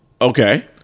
Okay